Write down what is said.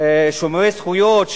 שומרי זכויות,